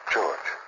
George